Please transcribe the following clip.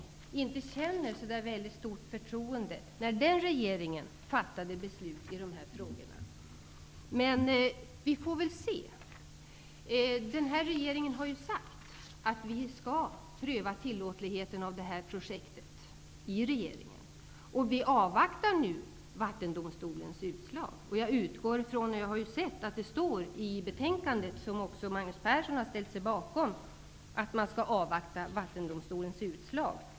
Han är väl vis från tiden med sin gamla socialdemokratiska regering och när den regeringen fattade beslut i dessa frågor. Vi får väl se. Den här regeringen har ju sagt att vi skall pröva tillåtligheten av det här projektet i regeringen. Vi avvaktar nu vattendomstolens utslag. Jag har sett att det står i betänkandet, som också Magnus Persson har ställt sig bakom, att man skall avvakta vattendomstolens utslag.